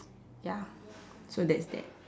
ya so that's that